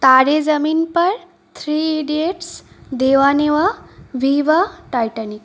তারে Zameen Par three idiots Deya Neya ভিভা Titanic